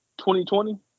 2020